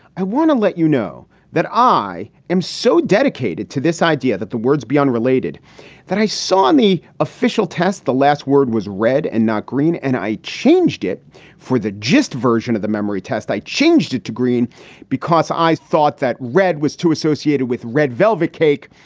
i want to let you know that i am so dedicated to this idea that the words be unrelated that i saw on the official test. the last word was red and not green. and i changed it for the gist version of the memory test. i changed it to green because i thought that red was too associated with red velvet cake.